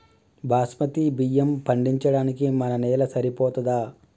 బాస్మతి బియ్యం పండించడానికి మన నేల సరిపోతదా?